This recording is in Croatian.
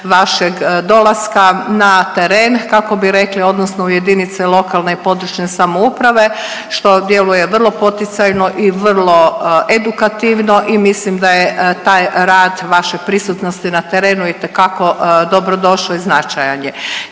vašeg dolaska na teren kako bi rekli odnosno u JLPS, što djeluje vrlo poticajno i vrlo edukativno i mislim da je taj rad vaše prisutnosti na terenu itekako dobro došao i značajan je.